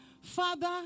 Father